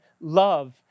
love